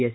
S